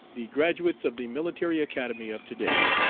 the graduates of the military academy of to-day.